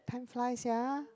time flies sia